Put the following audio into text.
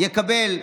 יקבל.